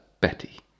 Betty